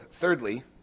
thirdly